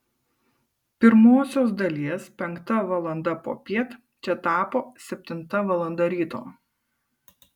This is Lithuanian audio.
pirmosios dalies penkta valanda popiet čia tapo septinta valanda ryto